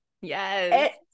Yes